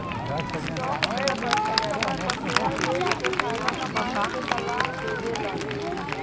stock broker ठीक समय पर शेयर बेच के फायदा कमाये के सलाह देवेलन